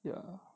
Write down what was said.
ya